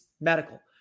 Medical